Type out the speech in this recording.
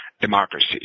democracy